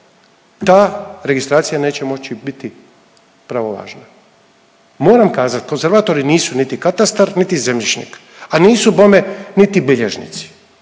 ta registracija neće moći biti pravovažna. Moram kazat konzervatori nisu niti katastar niti zemljišnik, a nisu bome niti bilježnici